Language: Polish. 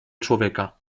człowieka